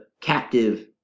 captive